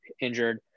injured